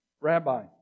Rabbi